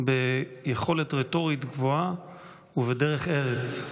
ביכולת רטורית גבוהה ובדרך ארץ.